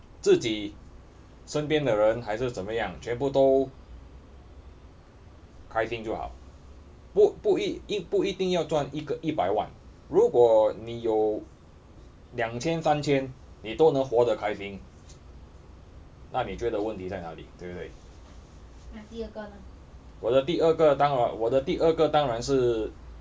自己身边的人还是怎么样全部都开心就好不不一不一定要赚一一百万如果你有两千三千你都能活得开心那你觉得问题在哪里对不对我的第二个当然我的第二个当然是